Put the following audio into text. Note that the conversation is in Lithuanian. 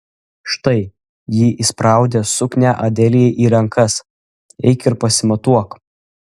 štai ji įspraudė suknią adelijai į rankas eik ir pasimatuok